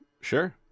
Sure